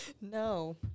No